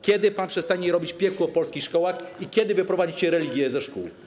Kiedy pan przestanie robić piekło w polskich szkołach i kiedy wyprowadzicie religię ze szkół?